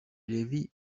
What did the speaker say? lévy